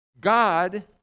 God